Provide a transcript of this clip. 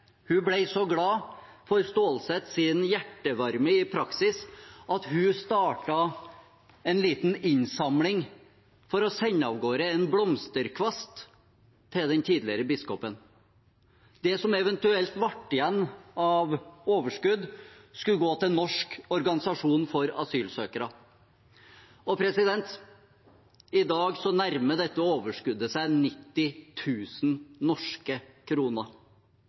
så glad for Stålsetts hjertevarme i praksis at hun startet en liten innsamling for å sende av gårde en blomsterkvast til den tidligere biskopen. Et eventuelt overskudd skulle gå til Norsk Organisasjon for Asylsøkere. I dag nærmer dette overskuddet seg 90 000 norske kroner.